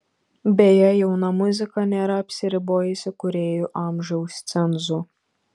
beje jauna muzika nėra apsiribojusi kūrėjų amžiaus cenzu